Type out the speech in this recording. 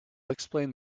explain